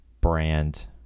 brand